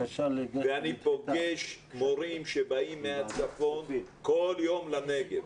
אני פוגש מורים שבאים מהצפון כל יום לנגב.